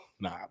Nah